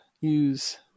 use